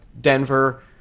Denver